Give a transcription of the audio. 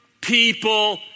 people